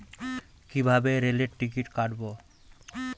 কিভাবে রেলের টিকিট কাটব?